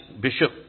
Bishop